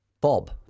Bob